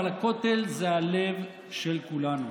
אבל הכותל זה הלב של כולנו.